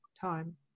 time